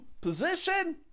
position